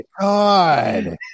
god